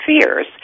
fears